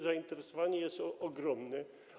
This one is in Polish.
Zainteresowanie jest ogromne.